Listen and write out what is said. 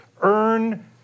earn